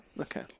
okay